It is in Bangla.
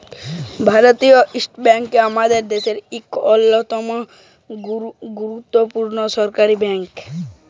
ভারতীয় ইস্টেট ব্যাংক আমাদের দ্যাশের ইক অল্যতম গুরুত্তপুর্ল সরকারি ব্যাংক